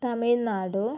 Tamil Nadu